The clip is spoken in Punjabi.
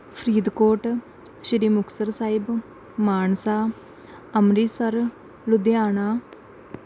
ਫਰੀਦਕੋਟ ਸ਼੍ਰੀ ਮੁਕਤਸਰ ਸਾਹਿਬ ਮਾਨਸਾ ਅੰਮ੍ਰਿਤਸਰ ਲੁਧਿਆਣਾ